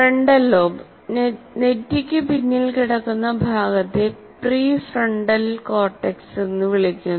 frontal lobe നെറ്റിക്ക് പിന്നിൽ കിടക്കുന്ന ഭാഗത്തെ പ്രീഫ്രോണ്ടൽ കോർട്ടെക്സ് എന്ന് വിളിക്കുന്നു